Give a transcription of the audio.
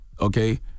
Okay